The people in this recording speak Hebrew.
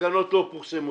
התקנות לא פורסמו.